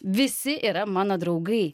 visi yra mano draugai